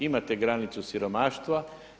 Imate granicu siromaštva.